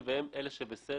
הם בסדר.